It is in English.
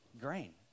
grain